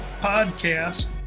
Podcast